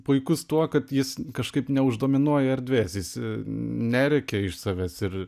puikus tuo kad jis kažkaip neuždominuoja erdvės jis nerėkia iš savęs ir